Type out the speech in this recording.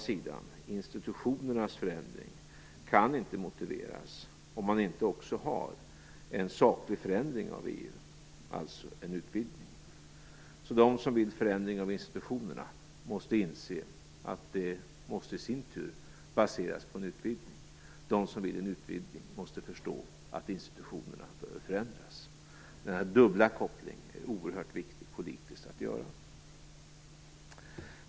Men institutionernas förändring kan inte motiveras om man inte också har en saklig förändring av EU, alltså en utvidgning. De som vill förändring av institutionerna måste inse att det i sin tur måste baseras på en utvidgning. De som vill en utvidgning måste förstå att institutionerna behöver förändras. Denna dubbla koppling är politiskt oerhört viktig att göra.